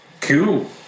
Cool